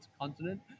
continent